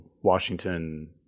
Washington